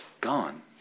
Gone